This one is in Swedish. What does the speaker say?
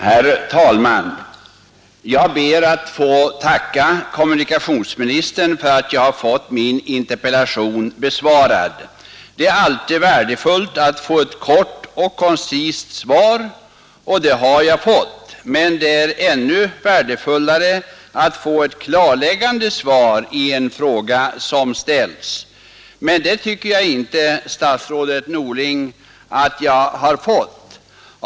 Herr talman! Jag ber att få tacka kommunikationsministern för att min interpellation har besvarats. Det är alltid värdefullt att få ett kort och koncist svar, och det har jag fått. Ännu värdefullare är emellertid att få ett klarläggande svar i en fråga som ställs. Men det tycker jag inte, statsrådet Norling, att jag fått.